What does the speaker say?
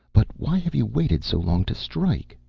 but why have you waited so long to strike?